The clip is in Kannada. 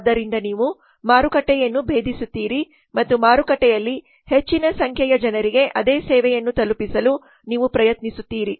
ಆದ್ದರಿಂದ ನೀವು ಮಾರುಕಟ್ಟೆಯನ್ನು ಭೇದಿಸುತ್ತೀರಿ ಮತ್ತು ಮಾರುಕಟ್ಟೆಯಲ್ಲಿ ಹೆಚ್ಚಿನ ಸಂಖ್ಯೆಯ ಜನರಿಗೆ ಅದೇ ಸೇವೆಯನ್ನು ತಲುಪಿಸಲು ನೀವು ಪ್ರಯತ್ನಿಸುತ್ತೀರಿ